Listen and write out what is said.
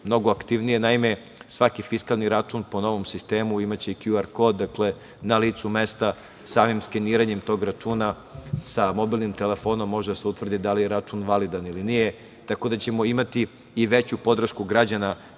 mnogo aktivnije. Naime, svaki fiskalni račun po novom sistemu imaće i „kju ar kod“. Dakle, na licu mesta samim skeniranjem tog računa mobilnim telefonom može da se utvrdi da li je račun validan ili nije, tako da ćemo imati i veću podršku građana